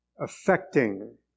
affecting